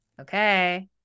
Okay